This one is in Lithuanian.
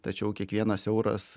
tačiau kiekvienas euras